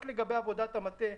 רק לגבי עבודת המטה,